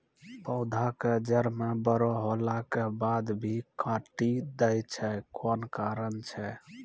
पौधा के जड़ म बड़ो होला के बाद भी काटी दै छै कोन कारण छै?